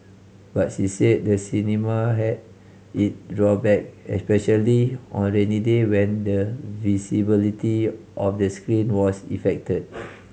but she said the cinema had it drawback especially on rainy day when the visibility of the screen was effected